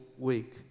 week